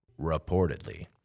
reportedly